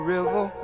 River